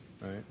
Right